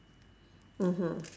(uh huh)